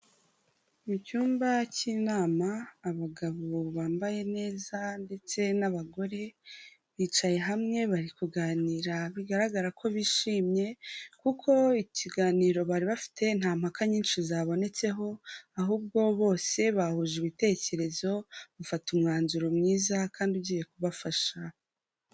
Mu cyumba cy'inama abagabo bambaye neza ndetse n'abagore bicaye hamwe bari kuganira bigaragara ko bishimye, kuko ikiganiro bari bafite nta mpaka nyinshi zabonetseho ahubwo bose bahuje ibitekerezo bafata umwanzuro mwiza kandi ugiye kubafasha.